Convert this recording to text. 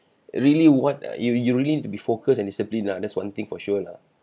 really what uh you really need to be focused and disciplined ah there's one thing for sure lah